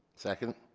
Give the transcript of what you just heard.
second.